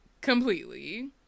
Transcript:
completely